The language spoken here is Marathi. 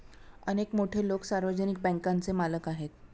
अनेक मोठे लोकं सार्वजनिक बँकांचे मालक आहेत